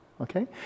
Okay